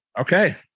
Okay